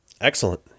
Excellent